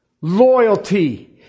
loyalty